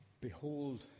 Behold